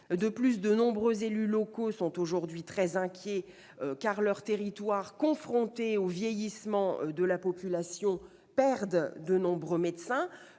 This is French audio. De plus, de nombreux élus locaux sont aujourd'hui très inquiets, car leurs territoires, confrontés au vieillissement de la population, perdent de nombreux médecins,